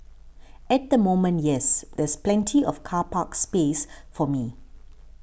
at the moment yes there's plenty of car park space for me